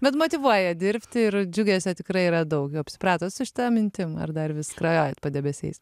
bet motyvuoja dirbti ir džiugesio tikrai yra daug jau apsipratot su šita mintim ir dar vis skrajojat padebesiais